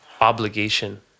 obligation